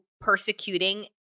persecuting